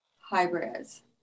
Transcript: hybrids